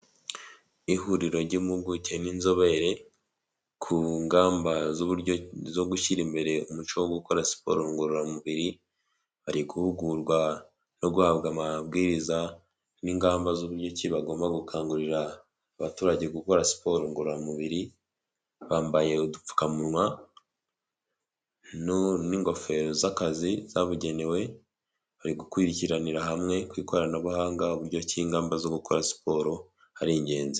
Ihuriro ry'impuguke n'inzobere, ku ngamba zuburyo zo gushyira imbere umuco wo gukora siporo ngororamubiri, bari guhugurwa no guhabwa amabwiriza n'ingamba z'uburyoki bagomba gukangurira abaturage gukora siporo ngororamubiri, bambaye udupfukamunwa n'ingofero z'akazi zabugenewe, bari gukurikiranira hamwe ku ikoranabuhanga mu buryo cy' ingamba zo gukora siporo ari ingenzi.